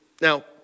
Now